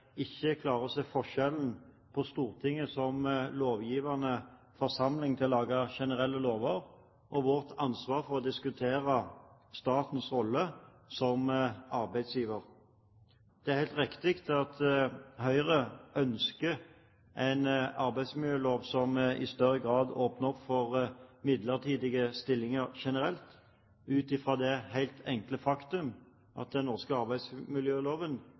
vårt ansvar for å diskutere statens rolle som arbeidsgiver. Det er helt riktig at Høyre ønsker en arbeidsmiljølov som i større grad åpner opp for midlertidige stillinger generelt, ut fra det helt enkle faktum at den norske arbeidsmiljøloven